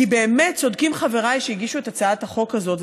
כי באמת צודקים חבריי שהגישו את הצעת החוק הזאת,